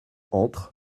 entrent